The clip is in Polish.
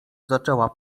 zaczęła